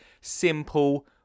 simple